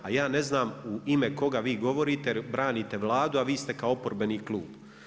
A ja ne znam u ime koga vi govorite jer branite Vladu a vi ste kao oporbeni klub.